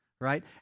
right